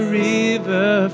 river